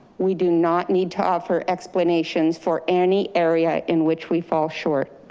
we do not need to offer explanations for any area in which we fall short.